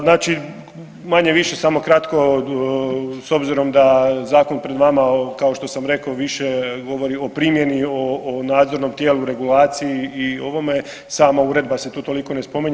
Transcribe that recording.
Znači, manje-više samo kratko s obzirom da zakon pred vama kao što sam rekao više govori o primjeni, o nadzornom tijelu, regulaciji i ovome sama uredba se tu toliko ne spominje.